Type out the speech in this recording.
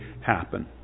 happen